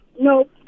No